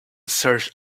search